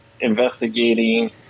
investigating